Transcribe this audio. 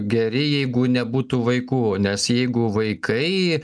geri jeigu nebūtų vaikų nes jeigu vaikai